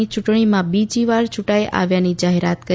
યુંટણીમાં બીજી વાર યુંટાઇ આવ્યાની જાહેરાત કરી